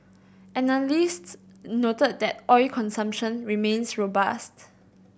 analysts noted that oil consumption remains robust